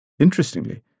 Interestingly